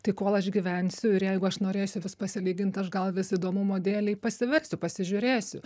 tai kol aš gyvensiu ir jeigu aš norėsiu vis pasilygint aš gal vis įdomumo dėlei pasiversiu pasižiūrėsiu